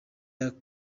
are